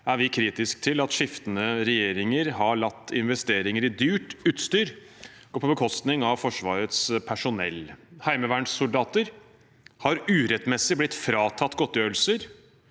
er vi kritisk til at skiftende regjeringer har latt investeringer i dyrt utstyr gå på bekostning av Forsvarets personell. Heimevernssoldater har urettmessig blitt fratatt godtgjørelser,